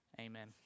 Amen